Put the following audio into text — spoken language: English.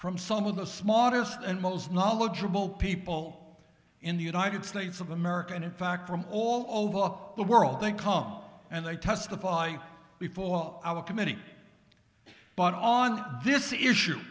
from some of the smallest and most knowledgeable people in the united states of america and in fact from all over the world they come and they testify before our committee but on this issue